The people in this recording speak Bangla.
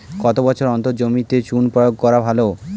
কত বছর অন্তর জমিতে চুন প্রয়োগ করা ভালো?